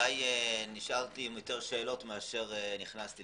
ונשארתי עם יותר שאלות מאשר נכנסתי.